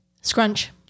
Scrunch